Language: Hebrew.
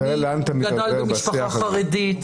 ומי גדל במשפחה חרדית,